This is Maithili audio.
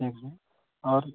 ठीक छै हँ आओर